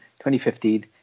2015